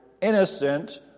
innocent